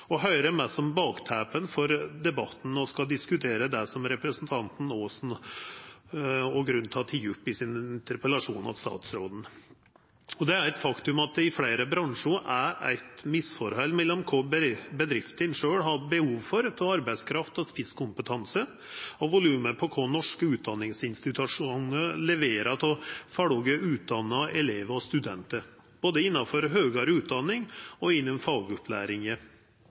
for debatten når vi skal diskutera det som representantane Aasen og Grung har teke opp i sine interpellasjonar til statsrådane. Det er eit faktum at det i fleire bransjar er eit misforhold mellom kva bedriftene sjølve har behov for av arbeidskraft og spisskompetanse, og volumet på kva norske utdanningsinstitusjonar leverer av ferdigutdanna elevar og studentar, både innanfor høgare utdanning og